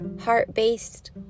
heart-based